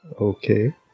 Okay